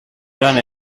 gran